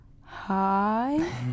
hi